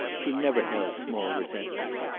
she never held small resentments.